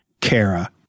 Kara